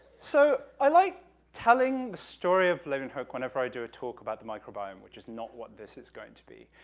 so, i like telling the story of labeenhook whenever i do a talk about the microbiome, which is not what this is going to be,